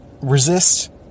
resist